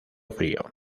frío